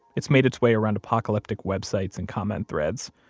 it's made its way around apocalyptic websites and comment threads,